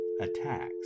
attacks